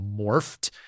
morphed